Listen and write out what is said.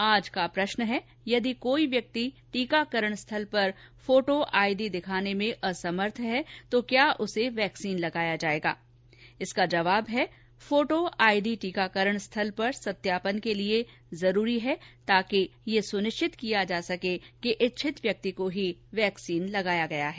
आज का प्रश्न है यदि कोई व्यक्ति टीकाकरण स्थल पर फोटो आईडी दिखाने में असमर्थ हैं तो क्या उसे वैक्सीन लगाया जाएगा इसका जवाब है फोटो आईडी टीकाकरण स्थल पर सत्यापन के लिए जरूरी है ताकि यह सुनिश्चित किया जा सके कि इच्छित व्यक्ति को वैक्सीन लगाया गया है